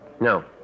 No